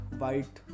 white